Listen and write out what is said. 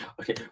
Okay